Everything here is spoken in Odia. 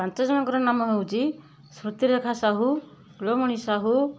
ପାଞ୍ଚ ଜଣଙ୍କର ନାମ ହେଉଛି ସ୍ମୃତିରେଖା ସାହୁ କୁଳମଣି ସାହୁ